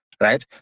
right